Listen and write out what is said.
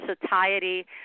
satiety